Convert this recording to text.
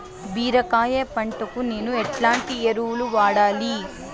బీరకాయ పంటకు నేను ఎట్లాంటి ఎరువులు వాడాలి?